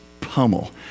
pummel